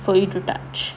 for you to touch